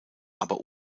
aber